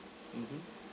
mm